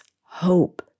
hope